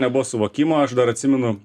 nebuvo suvokimo aš dar atsimenu